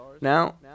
now